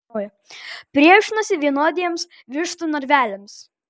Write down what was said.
priešinasi vienodiems vištų narveliams